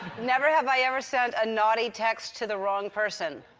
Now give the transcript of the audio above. never have i ever sent a naughty text to the wrong person.